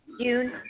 June